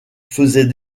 faisait